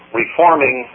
reforming